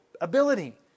ability